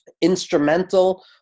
instrumental